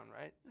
right